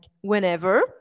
whenever